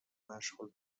مشغول